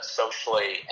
socially